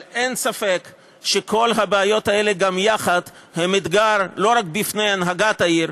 אבל אין ספק שכל הבעיות האלה גם יחד הן אתגר לא רק בפני הנהגת העיר,